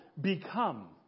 become